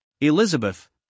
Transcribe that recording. Elizabeth